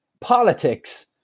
politics